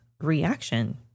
reaction